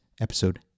episode